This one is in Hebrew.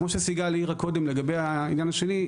כמו שסיגל העירה קודם לגבי העניין השני,